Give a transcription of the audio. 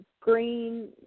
green